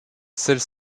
celle